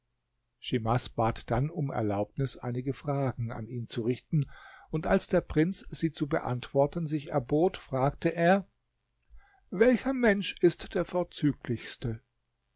schimas bat dann um erlaubnis einige fragen an ihn zu richten und als der prinz sie zu beantworten sich erbot fragte er welcher mensch ist der vorzüglichste